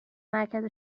مرکز